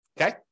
Okay